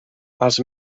els